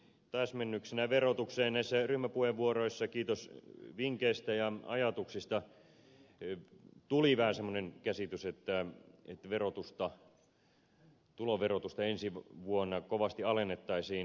näissä ryhmäpuheenvuoroissa kiitos vinkeistä ja ajatuksista tuli ilmi vähän semmoinen käsitys että tuloverotusta ensi vuonna kovasti alennettaisiin